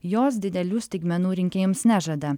jos didelių staigmenų rinkėjams nežada